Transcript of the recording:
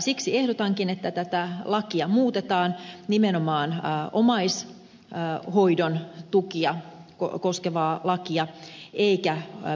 siksi ehdotankin että nimenomaan tätä omaishoidon tukea koskevaa lakia muutetaan eikä perusopetuslakia